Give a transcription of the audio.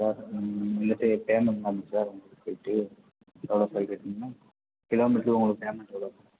sir வந்துவிட்டு payment sir எவ்வளோ sir இதுக்கு கட்டணும் கிலோமீட்டருக்கு உங்களுக்கு பேமெண்ட் எவ்வளோ சார்